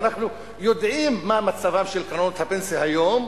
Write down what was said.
ואנחנו יודעים מה מצבן של קרנות הפנסיה היום.